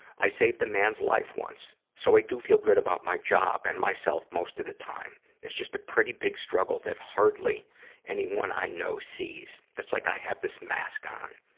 i saved a man's life once, so i do feel good about my job and myself most of the time. it's just a pretty big struggle that hardly anyone i know sees. it's like i have this mask on.